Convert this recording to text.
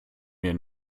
mir